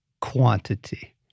quantity